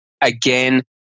Again